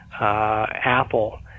Apple